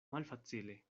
malfacile